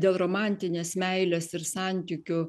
dėl romantinės meilės ir santykių